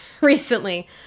recently